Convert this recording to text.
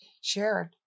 shared